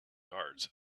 guards